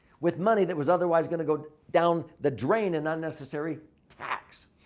with money that was otherwise going to go down the drain and unnecessary tax.